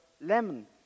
lemon